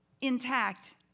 intact